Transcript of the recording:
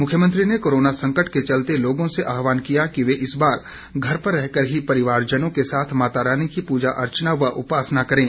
मुख्यमंत्री ने कोरोना संकट के चलते लोगों से आहवान किया है कि वे इस बार घर पर रहकर ही परिवारजनों के साथ माता रानी की पूजा अर्चना व उपासना करें